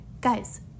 guys